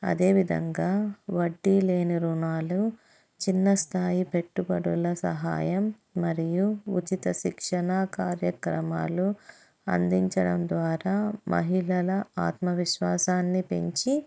అదేవిధంగా వడ్డీ లేని రుణాలు చిన్న స్థాయి పెట్టుబడుల సహాయం మరియు ఉచిత శిక్షణ కార్యక్రమాలు అందించడం ద్వారా మహిళల ఆత్మవిశ్వాసాన్ని పెంచి